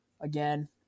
again